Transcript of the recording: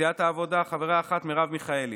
סיעת העבודה, חברה אחת: מרב מיכאלי.